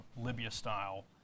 Libya-style